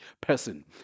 person